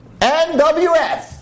NWS